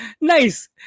Nice